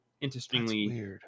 interestingly